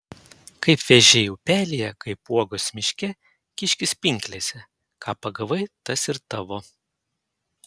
kaip vėžiai upelyje kaip uogos miške kiškis pinklėse ką pagavai tas ir tavo